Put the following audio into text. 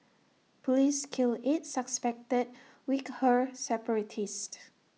Police kill eight suspected Uighur separatists